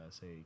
say